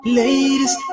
ladies